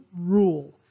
rule